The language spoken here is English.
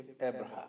Abraham